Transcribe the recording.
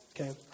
Okay